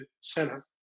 center